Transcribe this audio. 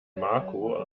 marco